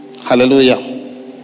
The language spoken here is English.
Hallelujah